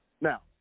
Now